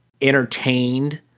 entertained